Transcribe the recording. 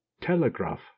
Telegraph